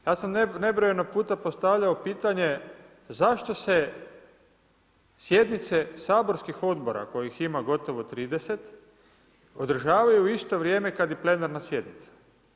Ja sam nebrojeno puta postavljao pitanje, zašto se sjednice saborskih odbora kojih ima gotovo 30 održavaju u isto vrijeme kad i plenarna sjednica?